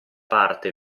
parte